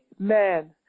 Amen